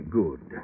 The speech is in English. good